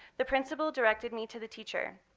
the principal directed me to the teacher.